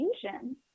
fusion